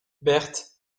berthe